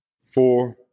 four